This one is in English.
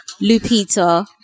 Lupita